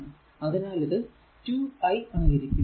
അതിനാൽ ഇത് 2 i ആയിരിക്കും